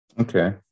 Okay